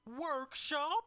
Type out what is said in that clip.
Workshop